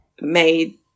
made